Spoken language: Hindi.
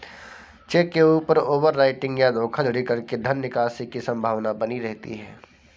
चेक के ऊपर ओवर राइटिंग या धोखाधड़ी करके धन निकासी की संभावना बनी रहती है